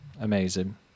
amazing